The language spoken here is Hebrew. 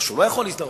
או לא יכול להזדהות.